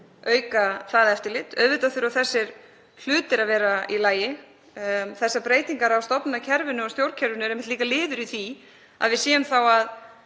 auka það eftirlit. Auðvitað þurfa þessir hlutir að vera í lagi. Þessar breytingar á stofnanakerfinu og stjórnkerfinu eru líka liður í því að við séum að